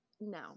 No